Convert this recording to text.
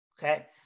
okay